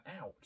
out